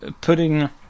putting